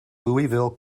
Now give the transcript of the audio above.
louisville